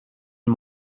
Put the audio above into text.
and